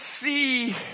see